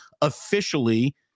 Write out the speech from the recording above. officially